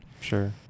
Sure